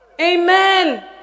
Amen